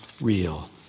real